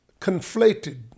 conflated